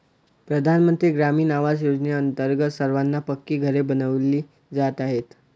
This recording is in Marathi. प्रधानमंत्री ग्रामीण आवास योजनेअंतर्गत सर्वांना पक्की घरे बनविली जात आहेत